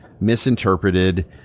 misinterpreted